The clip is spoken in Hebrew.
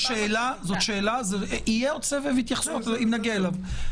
יש שאלה יהיה עוד סבב התייחסויות, אם נגיע אליו.